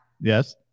yes